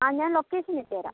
ആ ഞാൻ ലൊക്കേഷൻ ഇട്ടു തരാം